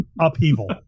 Upheaval